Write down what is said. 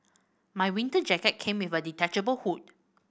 my winter jacket came with a detachable hood